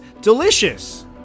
delicious